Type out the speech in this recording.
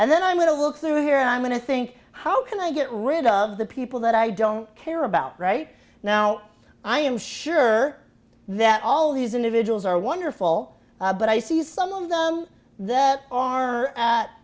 and then i'm going to look through here i'm going to think how can i get rid of the people that i don't care about right now i am sure that all these individuals are wonderful but i see some of them that are a